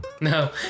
No